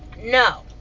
no